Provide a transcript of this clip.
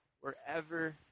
wherever